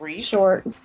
short